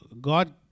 God